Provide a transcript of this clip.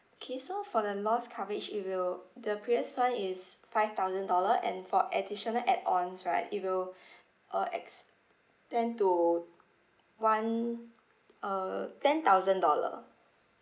okay so for the loss coverage it will the previous one is five thousand dollar and for additional add-ons right it will uh extend to one uh ten thousand dollar